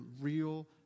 real